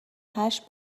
هشت